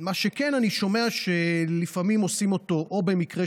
אני שומע שלפעמים עושים אותו או במקרה